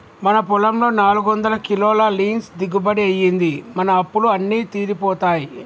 మన పొలంలో నాలుగొందల కిలోల లీన్స్ దిగుబడి అయ్యింది, మన అప్పులు అన్నీ తీరిపోతాయి